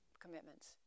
commitments